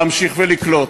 להמשיך לקלוט,